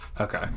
Okay